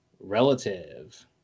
Relative